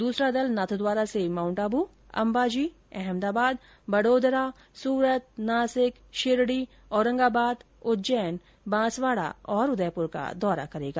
दूसरा दल नाथद्वारा से माउण्ट आबू अम्बाजी अहमदाबाद बडोदरा सूरत नासिक शिरडी औरंगाबाद उज्जैन बांसवाड़ा और उदयपुर का दौरा करेगा